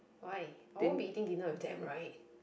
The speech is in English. why I won't be eating dinner with them [right]